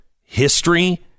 history